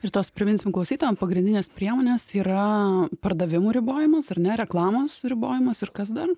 ir tos priminsime klausytojam pagrindinės priemonės yra pardavimų ribojimas ar ne reklamos ribojimas ir kas dar